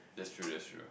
that's true that's true